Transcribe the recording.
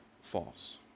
false